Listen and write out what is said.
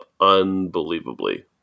unbelievably